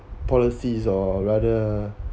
policies or rather